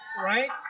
Right